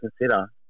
consider